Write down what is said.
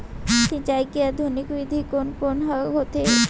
सिंचाई के आधुनिक विधि कोन कोन ह होथे?